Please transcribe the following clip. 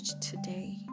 today